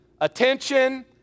attention